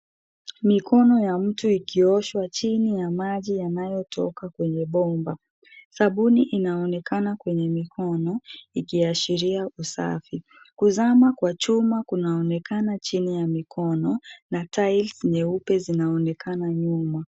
Mikono ya mtu ikioshwa chini ya maji yanayotoka kwenye bomba, sabuni inaoekana kwenye mikono ikiashiria usafi. Kuzama kwa chuma kunaonekana chini ya mikono na tiles nyeupe zinaonekana nyuma.